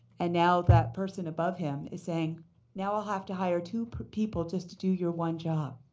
and now that person above him is saying now we'll have to hire two people just to do your one job.